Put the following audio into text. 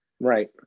Right